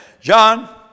John